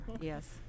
yes